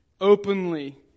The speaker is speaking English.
openly